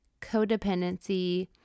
codependency